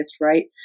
right